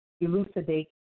elucidate